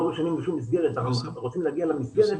רשומים בשום מסגרת ורוצים להגיע למסגרת,